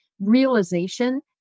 realization